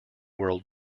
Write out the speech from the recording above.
world